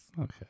okay